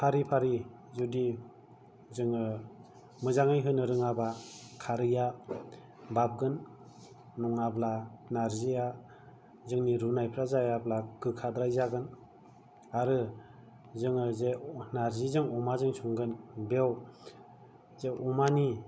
फारि फारि जुदि जोङो मोजाङै होनो रोङाबा खारैया बाबगोन नङाब्ला नार्जिया जोंनि रुनायफोरा जायाब्ला गोखाद्राय जागोन आरो जोङो जे नार्जिजों अमाजों संगोन बेयाव अमानि